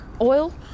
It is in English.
Oil